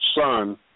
son